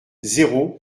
zéro